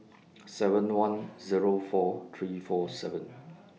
seven one Zero four three four seven